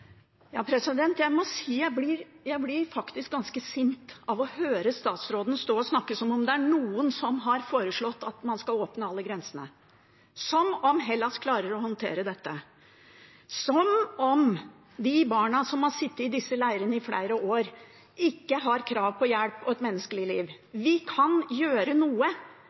Jeg må si at jeg faktisk blir ganske sint av å høre statsråden stå og snakke som om det er noen som har foreslått at man skal åpne alle grensene, som om Hellas klarer å håndtere dette, som om de barna som har sittet i disse leirene i flere år, ikke har krav på hjelp og et menneskelig liv. Vi kan gjøre noe.